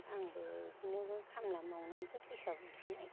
आंबो बिदिनो खामला मावनानैसो फैसा बुथुमनाय